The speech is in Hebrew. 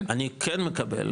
אני כן מקבל.